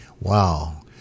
Wow